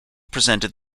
presented